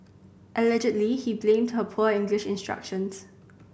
allegedly he blamed her poor English instructions